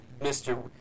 Mr